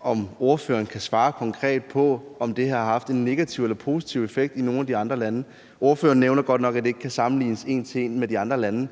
om ordføreren kan svare konkret på, om det her har haft en negativ eller positiv effekt i nogen af de andre lande. Ordføreren nævner godt nok, at det ikke kan sammenlignes en til en med de andre lande.